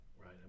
right